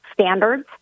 standards